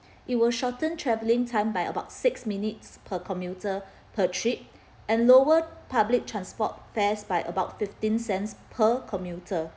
it will shorten travelling time by about six minutes per commuter per trip and lower public transport fares by about fifteen cents per commuter